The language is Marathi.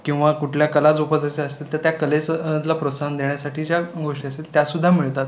किंवा कुठल्या कला जोपासायच्या असतील तर त्या कलेचं ला प्रोत्साहन देण्यासाठी ज्या गोष्टी असतात त्यासुद्धा मिळतात